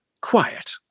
Quiet